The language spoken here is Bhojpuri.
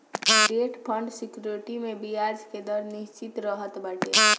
डेट फंड सेक्योरिटी में बियाज के दर निश्चित रहत बाटे